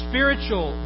Spiritual